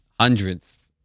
hundreds